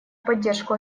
поддержку